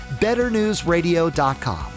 betternewsradio.com